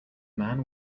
man